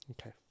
Okay